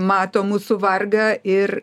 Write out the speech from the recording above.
mato mūsų vargą ir